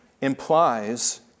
implies